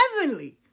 Heavenly